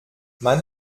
man